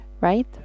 right